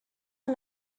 are